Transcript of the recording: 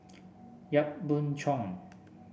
Yap Boon Chuan